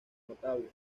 notable